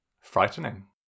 frightening